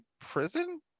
prison